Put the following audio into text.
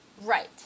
right